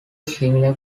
similar